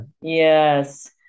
Yes